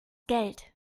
geld